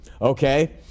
Okay